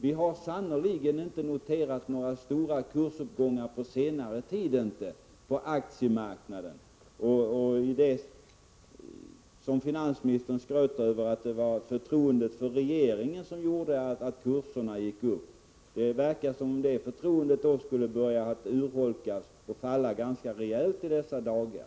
Vi har sannerligen inte noterat några stora kursuppgångar på aktiemarknaden under senare tid! Finansministern skröt tidigare över att det var förtroendet för regeringen som gjorde att kurserna gick upp. Det verkar som om det förtroendet skulle ha börjat urholkas och falla ganska rejält i dessa dagar!